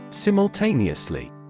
Simultaneously